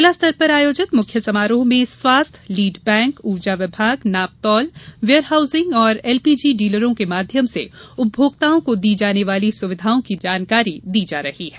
जिला स्तर पर आयोजित मुख्य समारोह में स्वास्थ्य लीड़ बैंक ऊर्जा विभाग नापतौल वेयर हाउसिंग एलपीजी डीलरों के माध्यम से उपभोक्ताओं को दी जाने वाली सुविधाओं की जानकारी दी जा रही है